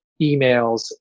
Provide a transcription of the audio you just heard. emails